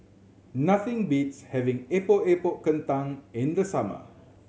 nothing beats having Epok Epok Kentang in the summer